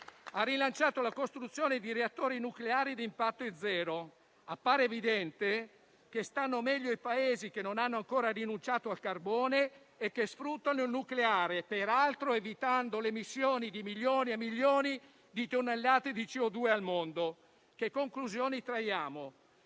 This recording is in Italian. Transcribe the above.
ha rilanciato la costruzione di reattori nucleari ad impatto zero. Appare evidente che stanno meglio i Paesi che non hanno ancora rinunciato al carbone e che sfruttano il nucleare, peraltro evitando l'emissione di milioni e milioni di tonnellate di CO2 al mondo. Quali conclusioni traiamo?